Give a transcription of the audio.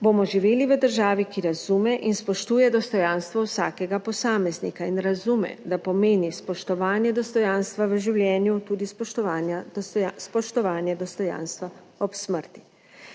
bomo živeli v državi, ki razume in spoštuje dostojanstvo vsakega posameznika in razume, da pomeni spoštovanje dostojanstva v življenju tudi spoštovanje, spoštovanje dostojanstva ob smrti.